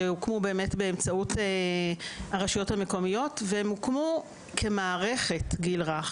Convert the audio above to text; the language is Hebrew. שהוקמו באמצעות הרשויות המקומיות והם הוקמו כמערכת גיל רך,